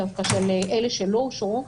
של אלה שלא אושרו,